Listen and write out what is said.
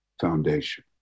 foundation